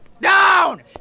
down